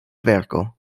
verko